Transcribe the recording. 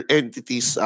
entities